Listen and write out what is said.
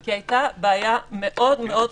כי הייתה בעיה מאוד מאוד רצינית,